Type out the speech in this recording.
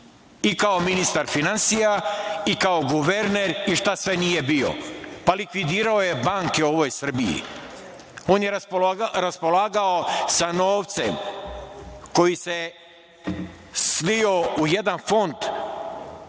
i kao ministar finansija i kao guverner i šta sve nije bio. Likvidirao je banke u ovoj Srbiji. On je raspolagao sa novcem koji se slio u jedan fond.